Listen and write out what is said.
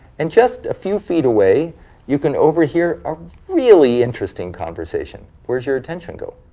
and just a few feet a way you can overhear a really interesting conversation. where does your attention go?